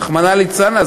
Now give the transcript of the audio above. רחמנא ליצלן,